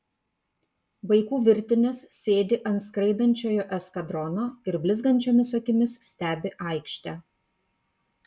vaikų virtinės sėdi ant skraidančiojo eskadrono ir blizgančiomis akimis stebi aikštę